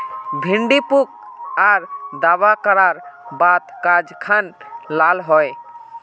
भिन्डी पुक आर दावा करार बात गाज खान लाल होए?